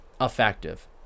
effective